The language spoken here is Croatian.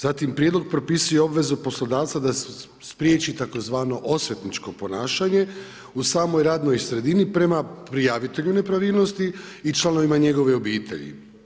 Zatim prijedlog propisuje obvezu poslodavca da spriječi tzv. osvetničko ponašanje u samoj radnoj sredini prema prijavitelju nepravilnosti i članovima njegove obitelji.